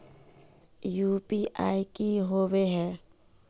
UPI की होय है?